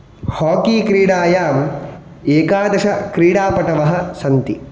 hockey क्रीडायाम् एकादशक्रीडापटवः सन्ति